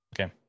Okay